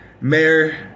Mayor